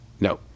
No